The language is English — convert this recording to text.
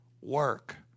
work